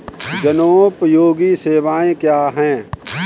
जनोपयोगी सेवाएँ क्या हैं?